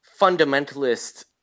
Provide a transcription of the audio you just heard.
fundamentalist